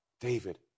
David